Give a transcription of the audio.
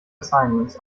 assignments